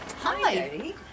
Hi